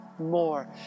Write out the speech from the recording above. More